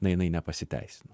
na jinai nepasiteisino